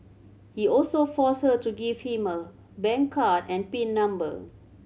he also forced her to give him her bank card and pin number